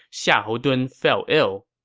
xiahou dun fell ill